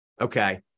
Okay